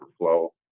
overflow